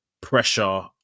pressure